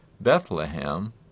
Bethlehem